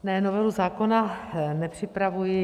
Ne, novelu zákona nepřipravuji.